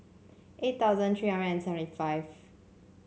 eight thousand three hundred and seventy five